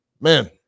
man